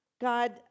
God